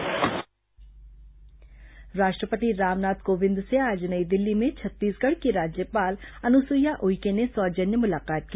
राज्यपाल राष्ट्रपति मुलाकात राष्ट्रपति रामनाथ कोविंद से आज नई दिल्ली में छत्तीसगढ़ की राज्यपाल अनुसुईया उइके ने सौजन्य मुलाकात की